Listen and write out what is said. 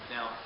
Now